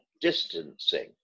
distancing